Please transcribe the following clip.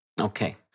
Okay